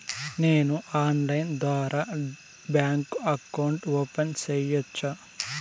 నేను ఆన్లైన్ ద్వారా bank account open సేయొచ్చా?